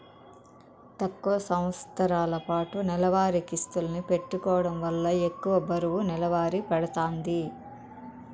తక్కువ సంవస్తరాలపాటు నెలవారీ కిస్తుల్ని పెట్టుకోవడం వల్ల ఎక్కువ బరువు నెలవారీ పడతాంది